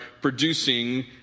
producing